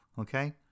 Okay